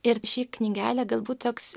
ir ši knygelė galbūt toks